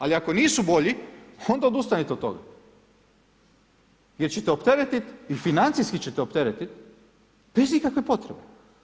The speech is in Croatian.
Ali ako nisu bolji onda odustanite od toga jer ćete opteretiti i financijski ćete opteretiti bez ikakve potrebe.